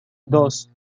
dos